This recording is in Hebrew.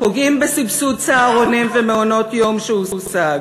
פוגעים בסבסוד צהרונים ומעונות-יום שהושג,